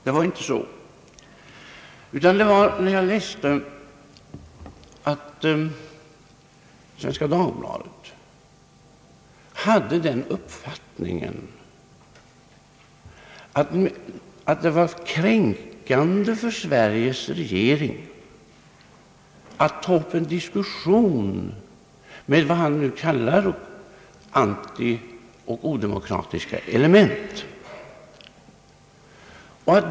Det var när jag läste att Svenska Dagbladet hade den uppfattningen, att det var kränkande för Sveriges regering att ta upp en diskussion med vad han nu kallar antioch odemokratiska element.